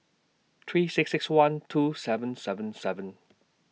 three six six one two seven seven seven